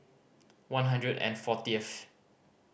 one hundred and fortieth